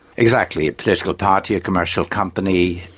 exactly, a political party, a commercial company,